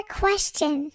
question